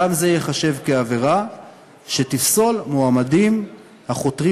גם זה ייחשב לעבירה שתפסול מועמדים החותרים